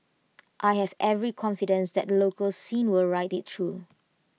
I have every confidence that the local scene will ride IT through